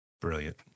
Brilliant